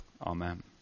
Amen